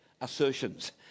assertions